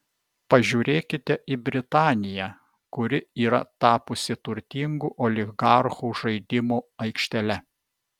pažiūrėkite į britaniją kuri yra tapusi turtingų oligarchų žaidimo aikštele